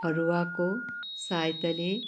फरुवाको सहायताले